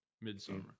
midsummer